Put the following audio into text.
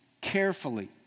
carefully